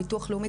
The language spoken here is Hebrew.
ביטוח לאומי,